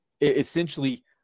essentially